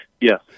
Yes